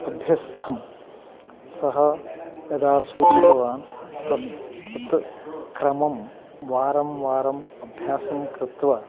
अभ्यस्थं सः यदा सूचितवान् तत् क्रमं वारं वारम् अभ्यासंं कृत्वा